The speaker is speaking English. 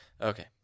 Okay